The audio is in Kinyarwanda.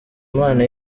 imana